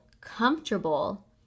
comfortable